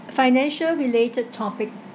financial related topic